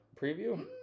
preview